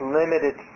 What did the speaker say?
limited